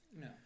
No